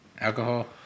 alcohol